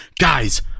Guys